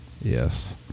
Yes